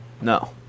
no